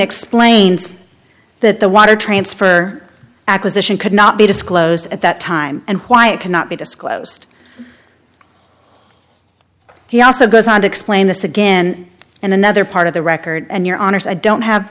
explains that the water transfer acquisition could not be disclosed at that time and why it cannot be disclosed he also goes on to explain this again in another part of the record and your honour's i don't have